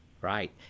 Right